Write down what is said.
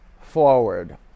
forward